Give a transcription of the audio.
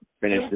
finish